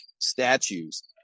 statues